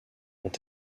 ont